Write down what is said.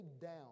down